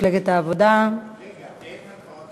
מפלגת העבודה, הצבעות